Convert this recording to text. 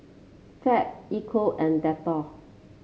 Fab Ecco and Dettol